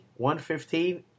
115